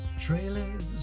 Trailers